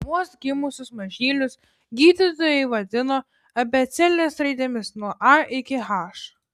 vos gimusius mažylius gydytojai vadino abėcėlės raidėmis nuo a iki h